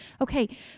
Okay